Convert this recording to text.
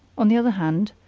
on the other hand,